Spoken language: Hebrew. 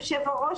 היושב-ראש,